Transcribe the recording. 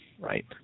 Right